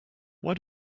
why